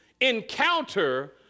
encounter